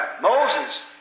Moses